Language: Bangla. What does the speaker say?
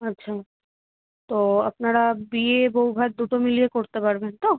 আচ্ছা তো আপনারা বিয়ে বৌভাত দুটো মিলিয়ে করতে পারবেন তো